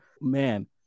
Man